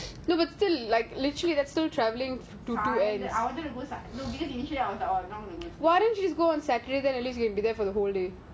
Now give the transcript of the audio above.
no but still like literally that's still traveling to two ends why don't you just go on saturday then at least you can be there for the whole day